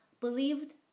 believed